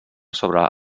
sobre